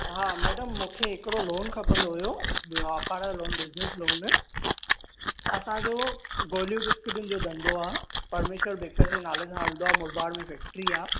हा मैडम मूंखे हिकिड़ो लोन खपंदो हुयो व्यापार जो लोन बिज़नेस लोन असांजो गोलियूं बिस्क्टिन जो धंधो आहे परमेश्वर बेकर जे नाले सां हलंदो आहे मुरबाद में फैक्ट्री आहे